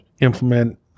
implement